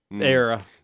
era